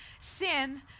sin